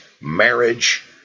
marriage